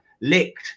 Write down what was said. licked